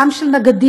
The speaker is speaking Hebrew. גם של נגדים,